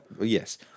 Yes